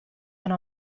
una